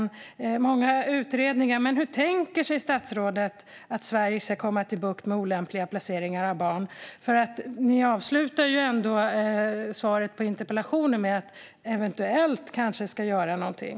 Det görs många utredningar, men hur tänker sig statsrådet att Sverige ska få bukt med olämpliga placeringar av barn? Statsrådet avslutade ju svaret på interpellationen med att man eventuellt ska göra någonting.